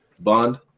Bond